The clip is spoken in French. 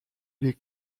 les